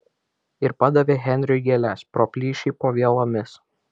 ir padavė henriui gėles pro plyšį po vielomis